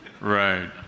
Right